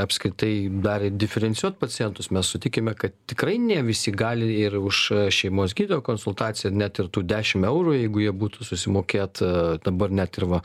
apskritai dar ir diferencijuot pacientus mes sutikime kad tikrai ne visi gali ir už šeimos gydytojo konsultaciją net ir tų dešimt eurų jeigu jie būtų susimokėt a dabar net ir va